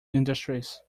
industries